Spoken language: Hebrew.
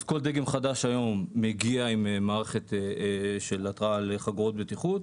אז כל דגם חדש היום מגיע עם מערכת של התרעה לחגורות בטיחות,